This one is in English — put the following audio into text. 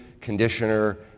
conditioner